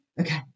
Okay